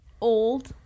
old